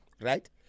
right